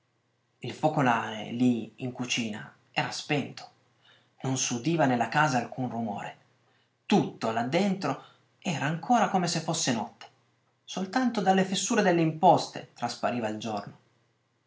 il focolare lì in cucina era spento non s'udiva nella casa alcun rumore tutto là dentro era ancora come se fosse notte soltanto dalle fessure delle imposte traspariva il giorno